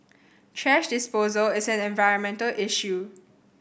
thrash disposal is an environmental issue